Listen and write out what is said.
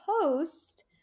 post